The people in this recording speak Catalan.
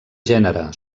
gènere